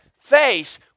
face